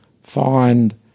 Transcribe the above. find